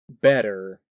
better